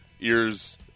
ears